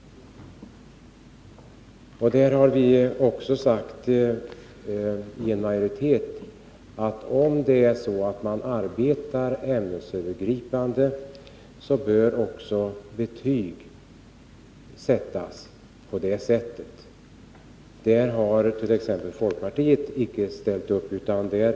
Där har majoriteten sagt, att om man arbetar ämnesövergripande, bör också betygen sättas på det sättet. Folkpartiet har inte ställt upp på detta.